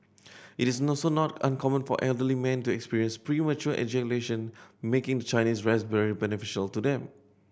it is not uncommon for elderly men to experience premature ejaculation making the Chinese raspberry beneficial to them